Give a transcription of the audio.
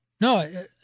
no